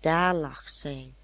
daar lag zij